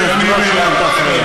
כמה שאתה רוצה.